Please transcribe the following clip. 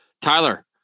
Tyler